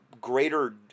greater